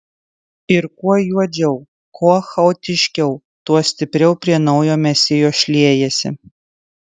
ir kuo juodžiau kuo chaotiškiau tuo stipriau prie naujo mesijo šliejasi